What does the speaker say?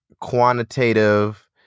quantitative